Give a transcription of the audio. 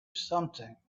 something